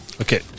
Okay